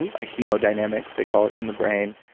and a hemodynamics they call it in the brain.